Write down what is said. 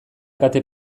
kate